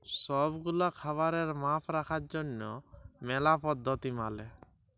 সব গুলা খাবারের মাপ রাখার জনহ ম্যালা পদ্ধতি মালে